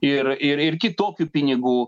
ir ir ir kitokių pinigų